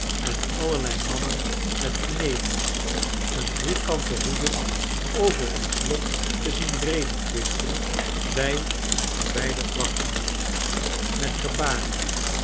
en allerlei mannen met knevels en driekanten hoeden over ons lot te zien rede twist en bij een verwijderd wachthuts met gebaren